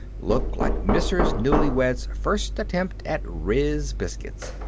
look like mrs. newlywed's first attempt at riz biscuits.